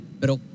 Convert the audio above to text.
Pero